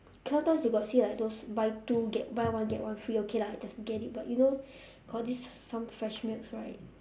sometimes you got see like those buy two get buy one get one free okay lah just get it but you know got this some fresh milk right